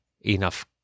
enough